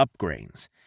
upgrades